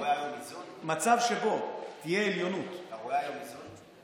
מצב שבו תהיה עליונות, אתה רואה היום איזון?